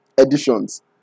editions